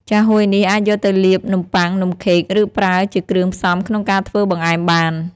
ចាហួយនេះអាចយកទៅលាបនំប៉័ង នំខេក ឬប្រើជាគ្រឿងផ្សំក្នុងការធ្វើបង្អែមបាន។